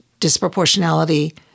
disproportionality